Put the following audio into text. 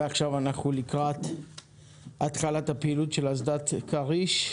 ועכשיו אנחנו לקראת התחלת הפעילות של אסדת כריש.